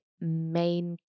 main